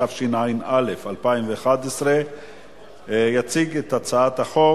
התשע"א 2011. יציג את הצעת החוק